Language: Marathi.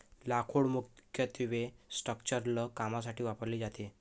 लाकूड मुख्यत्वे स्ट्रक्चरल कामांसाठी वापरले जाते